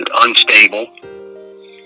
unstable